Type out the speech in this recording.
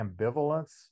ambivalence